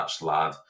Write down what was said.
lad